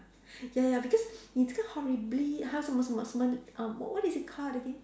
ya ya because 你这个 horribly !huh! 什么什么什么 um what is it called again